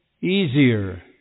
easier